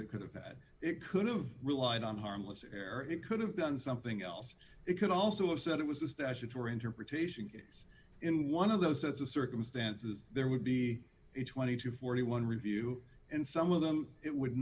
circuit could have had it could have relied on harmless error it could have done something else it could also have said it was a statutory interpretation case in one of those sets of circumstances there would be twenty to forty one review and some of them it would